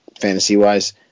fantasy-wise